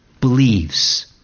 believes